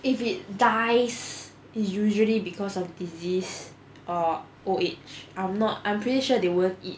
if it dies usually because of disease or old age I'm not I'm pretty sure they won't eat